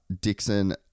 Dixon